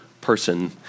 person